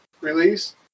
release